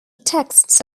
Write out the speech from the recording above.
texts